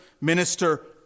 minister